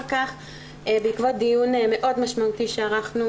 בעקבות דיון מאוד משמעותי שערכנו